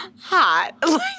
hot